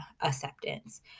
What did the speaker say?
acceptance